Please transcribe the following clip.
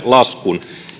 laskun